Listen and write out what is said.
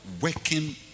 Working